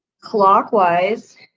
Clockwise